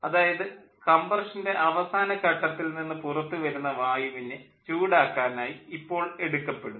അതായത് കംപ്രഷൻ്റെ അവസാന ഘട്ടത്തിൽ നിന്ന് പുറത്തുവരുന്ന വായുവിനെ ചൂടാക്കാനായി ഇപ്പോൾ എടുക്കപ്പെടും